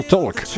Talk